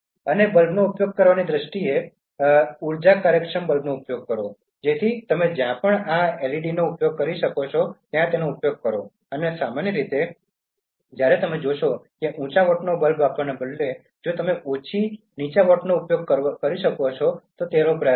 અને બલ્બનો ઉપયોગ કરવાની દ્રષ્ટિએ ઉર્જા કાર્યક્ષમ બલ્બનો ઉપયોગ કરો જેથી તમે જ્યાં પણ આ એલઇડીનો ઉપયોગ કરી શકો ત્યાં તમે ઉપયોગ કરો અને સામાન્ય રીતે જ્યારે તમે જોશો કે ઉચા વોટ બલ્બનો ઉપયોગ કરવાને બદલે તમે નીચા વોટ્ટનો ઉપયોગ કરી શકો છો તેથી તે કરવાનો પ્રયાસ કરો